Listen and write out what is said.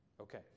okay